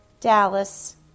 Dallas